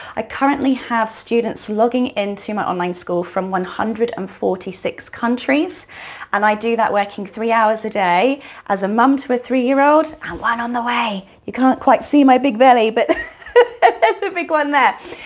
i currently have students logging into my online school from one hundred and forty six countries and i do that working three hours a day as a mom to a three year old and one on the way. you can't quite see my big belly, but it's a big one there,